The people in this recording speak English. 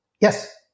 Yes